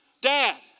Dad